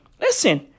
Listen